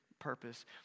purpose